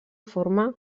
forma